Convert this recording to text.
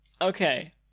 Okay